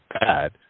bad